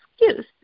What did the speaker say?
excuse